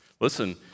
Listen